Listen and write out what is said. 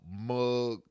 mug